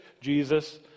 Jesus